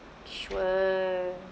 sure